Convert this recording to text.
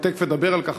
אני תכף אדבר על כך,